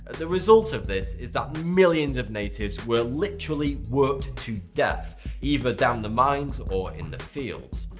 the result of this is that millions of natives were literally worked to death either down the mines or in the fields.